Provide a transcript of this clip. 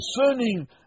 concerning